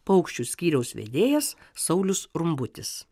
paukščių skyriaus vedėjas saulius rumbutis